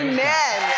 Amen